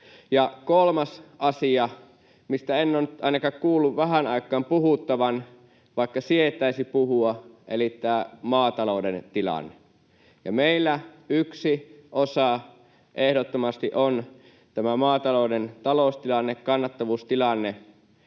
kolmas asia, mistä en ole ainakaan kuullut vähän aikaan puhuttavan, vaikka sietäisi puhua, on tämä maatalouden tilanne. Meillä yksi osa ehdottomasti on tämä maatalouden taloustilanne, kannattavuustilanne.